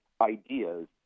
ideas